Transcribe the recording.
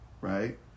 right